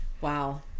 Wow